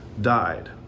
died